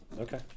okay